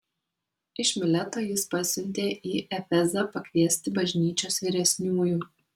iš mileto jis pasiuntė į efezą pakviesti bažnyčios vyresniųjų